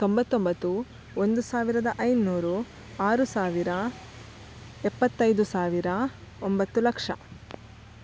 ತೊಂಬತ್ತೊಂಬತ್ತು ಒಂದು ಸಾವಿರದ ಐನೂರು ಆರು ಸಾವಿರ ಎಪ್ಪತ್ತೈದು ಸಾವಿರ ಒಂಬತ್ತು ಲಕ್ಷ